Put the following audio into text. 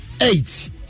eight